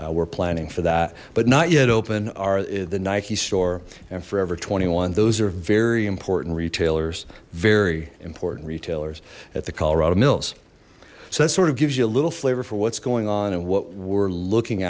we're planning for that but not yet open are the nike store and forever twenty one those are very important retailers very important retailers at the colorado mills so that sort of gives you a little flavor for what's going on and what we're looking